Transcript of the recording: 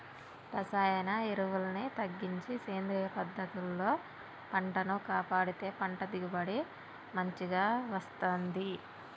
రసాయన ఎరువుల్ని తగ్గించి సేంద్రియ పద్ధతుల్లో పంటను కాపాడితే పంట దిగుబడి మంచిగ వస్తంది